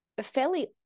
fairly